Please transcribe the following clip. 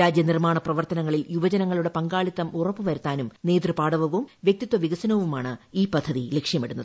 രാജ്യനിർമ്മാണ പ്രവർത്തനങ്ങളിൽ യുവജനങ്ങളുടെ പങ്കാളിത്തം ഉറപ്പ് വരുത്താനും നേതൃപാടവവും വ്യക്തിത്വ വികസനവുമാണ് ഈ പദ്ധതി ലക്ഷ്യമിടുന്നത്